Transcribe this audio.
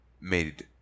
made